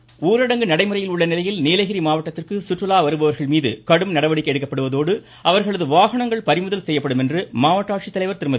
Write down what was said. Nilgiri Covid ஊரடங்கு நடைமுறையில் உள்ள நிலையில் நீலகிரி மாவட்டத்திற்கு சுற்றுலா வருபவர்கள் மீது கடும் நடவடிக்கை எடுக்கப்படுவதோடு அவர்களது வாகனங்கள் பறிமுதல் செய்யப்படும் என மாவட்ட ஆட்சித்தலைவர் திருமதி